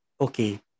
okay